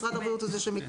משרד הבריאות הוא זה שמכיר.